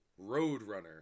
Roadrunner